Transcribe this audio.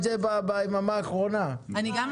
עדיין ברמת התושב או עד אחרון התושבים,